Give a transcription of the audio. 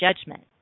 judgment